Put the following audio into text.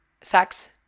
sex